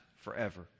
forever